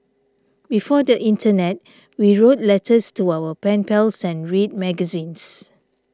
before the internet we wrote letters to our pen pals and read magazines